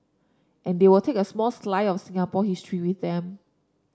and they will take a small slice of Singapore history with them